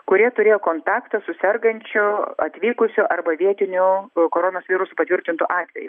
kurie turėjo kontaktą su sergančiu atvykusiu arba vietiniu koronos viruso patvirtintu atveju